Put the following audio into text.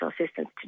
assistance